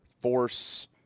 force